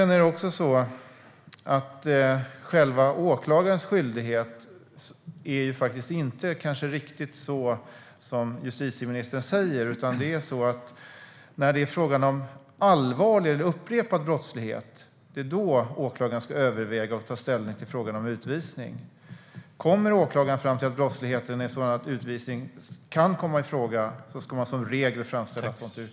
När det gäller själva åklagarens skyldighet är det kanske inte riktigt så som justitieministern säger, utan det är när det gäller allvarlig eller upprepad brottslighet som åklagaren ska överväga och ta ställning till frågan om utvisning. Kommer åklagaren fram till att brottsligheten är sådan att utvisning kan komma i fråga ska denne som regel framföra ett sådant yrkande.